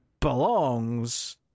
belongs